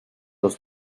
los